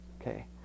Okay